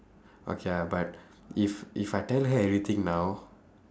okay ah but if if I tell her everything now